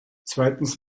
zweitens